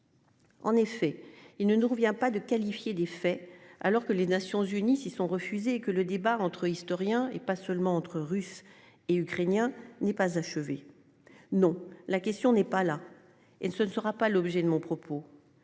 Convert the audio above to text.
En effet, il ne nous revient pas de qualifier des faits alors que les Nations-Unies s'y sont refusés, que le débat entre historiens et pas seulement entre Russes et Ukrainiens n'est pas achevée. Non, la question n'est pas là. Et ce ne sera pas l'objet de mon propos.